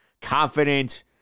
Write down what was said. confident